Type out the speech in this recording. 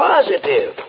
Positive